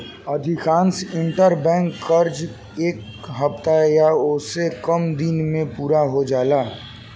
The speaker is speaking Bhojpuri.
अधिकांश इंटरबैंक कर्जा एक हफ्ता या ओसे से कम दिन में पूरा हो जाला